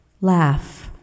Laugh